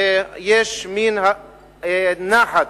ויש נחת